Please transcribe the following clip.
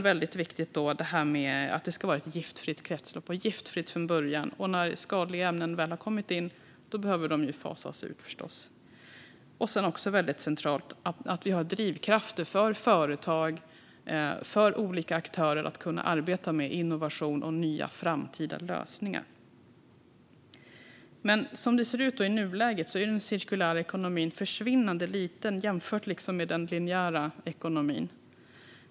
Att det ska vara ett giftfritt kretslopp från början är också viktigt. Och när skadliga ämnen väl har kommit in måste de förstås fasas ut. Det är även centralt att det finns drivkrafter för företag och olika aktörer att arbeta med innovation och nya framtida lösningar. Som det ser ut i nuläget är dock den cirkulära ekonomin försvinnande liten jämfört med den linjära ekonomin.